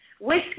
whiskey